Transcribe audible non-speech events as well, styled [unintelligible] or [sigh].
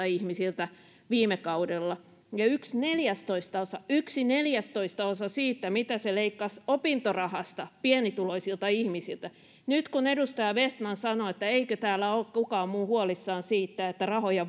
[unintelligible] ihmisiltä viime kaudella ja yksi neljästoistaosa yksi neljästoistaosa siitä mitä se leikkasi opintorahasta pienituloisilta ihmisiltä nyt kun edustaja vestman sanoi että eikö täällä ole kukaan muu huolissaan siitä että rahoja [unintelligible]